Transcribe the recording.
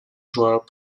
joueurs